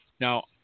now